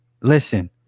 Listen